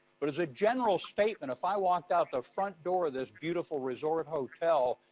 but as a general statement, if i walked out the front door of this beautiful resort hotel,